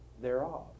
thereof